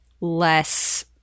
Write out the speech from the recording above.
less